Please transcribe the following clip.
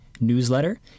newsletter